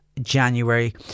January